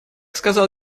сказал